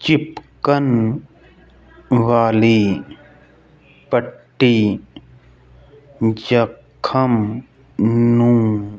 ਚਿਪਕਣ ਵਾਲੀ ਪੱਟੀ ਜ਼ਖ਼ਮ ਨੂੰ